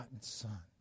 Son